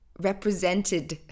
represented